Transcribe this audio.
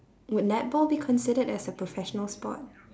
would netball be considered as a professional sport